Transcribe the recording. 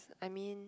I mean